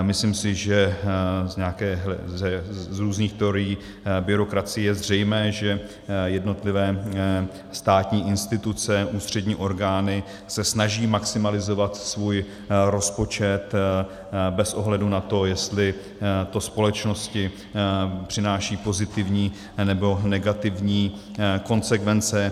Myslím si, že z různých teorií byrokracie je zřejmé, že jednotlivé státní instituce, ústřední orgány se snaží maximalizovat svůj rozpočet bez ohledu na to, jestli to společnosti přináší pozitivní, nebo negativní konsekvence.